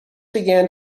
began